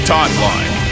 Timeline